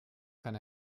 kann